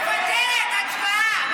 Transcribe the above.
מוותרת, הצבעה.